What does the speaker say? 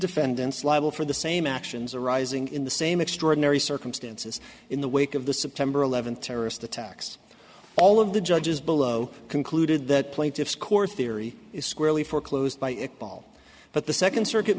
defendants liable for the same actions arising in the same extraordinary circumstances in the wake of the september eleventh terrorist attacks all of the judges below concluded that plaintiff's core theory is squarely foreclosed by it all but the second circuit